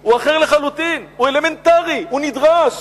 הוא אחר לחלוטין, הוא אלמנטרי, הוא נדרש,